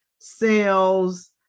sales